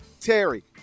Terry